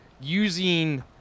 using